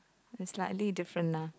is slightly different lah